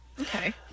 Okay